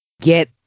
get